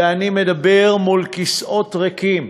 ואני מדבר מול כיסאות ריקים.